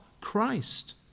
Christ